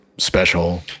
special